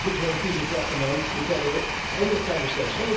do i just need to drop the mic? is that it? end of conversation. like